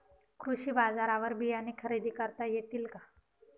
कृषी बाजारवर बियाणे खरेदी करता येतील का?